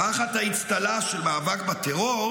תחת האצטלה של מאבק בטרור,